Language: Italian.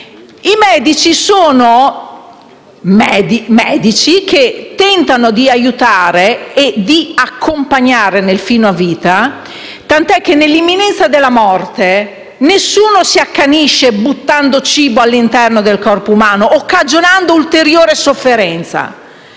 professionisti che tentano di aiutare il paziente e di accompagnarlo nel fine vita, tant'è che nell'imminenza della morte nessuno si accanisce immettendo cibo all'interno del corpo umano o cagionando ulteriore sofferenza.